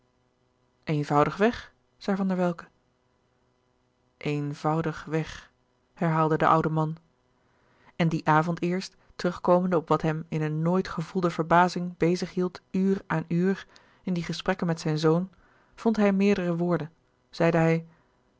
eenvoudigweg zei van der welcke eenvoudigweg herhaalde de oude man en dien avond eerst terugkomende op wat hem in een nooit gevoelde verbazing bezig hield uur aan uur in die gesprekken met zijn zoon vond hij meerdere woorden zeide hij